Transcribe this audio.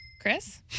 Chris